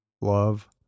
love